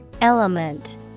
Element